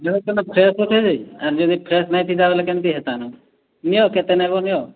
ଯଁହ କିନା ଫେର୍ ତ ନେବେ ଆର୍ ଯଦି ଫ୍ରେସ୍ ନାଇଁ ଥିତା ବୋଇଲେ କେମ୍ତି ହେତା ନ ନିଅ କେତେ ନେବ ନିଅ